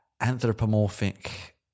anthropomorphic